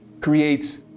creates